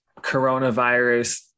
coronavirus